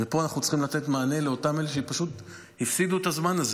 ופה אנחנו צריכים לתת מענה לאותם אלה שפשוט הפסידו את הזמן הזה